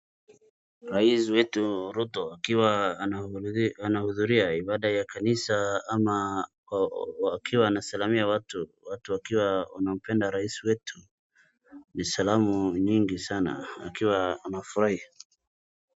Rais wetu Ruto akiwa anahudhuria ibada ya kanisa ama akiwa anasalamia watu. Watu wakiwa wanampenda rais wetu. Ni salamu nyingi sana akiwa anafurahi.